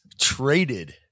traded